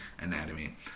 anatomy